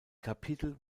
kapitel